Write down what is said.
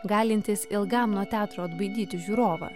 galintys ilgam nuo teatro atbaidyti žiūrovą